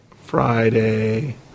Friday